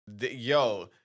Yo